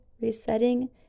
resetting